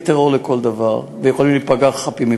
טרור לכל דבר ויכולים להיפגע חפים מפשע.